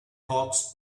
hawks